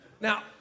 Now